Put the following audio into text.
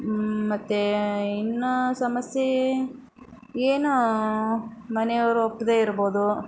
ಮತ್ತು ಇನ್ನೂ ಸಮಸ್ಯೆ ಏನೋ ಮನೆಯವ್ರು ಒಪ್ಪದೇ ಇರ್ಬೋದು